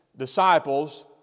disciples